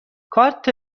کارت